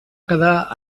quedar